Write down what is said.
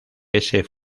ese